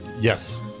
Yes